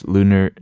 Lunar